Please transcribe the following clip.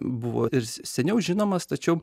buvo ir seniau žinomas tačiau